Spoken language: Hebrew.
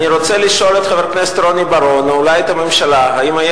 אני רוצה לשאול את חבר הכנסת רוני בר-און או אולי את הממשלה אם היה